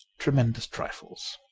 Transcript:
tremendous trifles